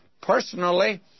Personally